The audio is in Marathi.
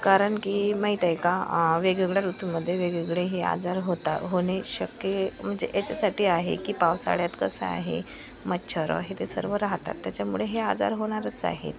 कारण की माहीत आहे का वेगवेगळ्या ऋतूमध्ये वेगवेगळे हे आजार होता होणे शक्य म्हणजे याच्यासाठी आहे की पावसाळ्यात कसं आहे मच्छरं हे ते सर्व राहतात त्याच्यामुळे हे आजार होणारच आहेत